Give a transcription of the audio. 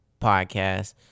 podcast